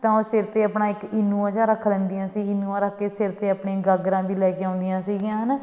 ਤਾਂ ਉਹ ਸਿਰ 'ਤੇ ਆਪਣਾ ਇੱਕ ਇਨੂਆ ਜਿਹਾ ਰੱਖ ਲੈਂਦੀਆਂ ਸੀ ਇਨੂਆ ਰੱਖ ਕੇ ਸਿਰ 'ਤੇ ਆਪਣੀ ਗਾਗਰਾਂ ਵੀ ਲੈ ਕੇ ਆਉਂਦੀਆਂ ਸੀਗੀਆਂ ਹੈ ਨਾ